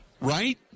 Right